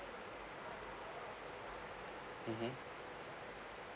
mmhmm